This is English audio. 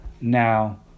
Now